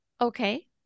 Okay